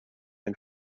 ein